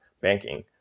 banking